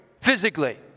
physically